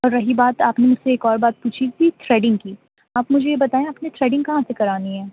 اور رہی بات آپ نے مجھ سے ایک اور بات پوچھی تھی تھریڈنگ کی آپ مجھے یہ بتائیں آپ نے تھریڈنگ کہاں سے کرانی ہے